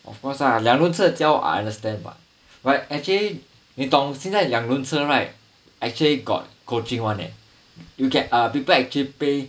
of course lah 两轮车教 I understand but actually 你懂现在两轮车 right actually got coaching [one] eh you can uh people actually pay